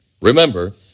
Remember